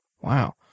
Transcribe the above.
Wow